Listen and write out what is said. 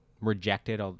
rejected